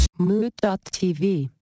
Mood.tv